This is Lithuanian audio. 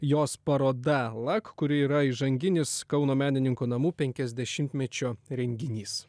jos paroda lak kuri yra įžanginis kauno menininkų namų penkiasdešimtmečio renginys